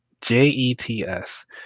J-E-T-S